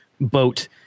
boat